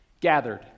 gathered